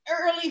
early